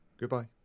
Goodbye